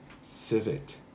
Civet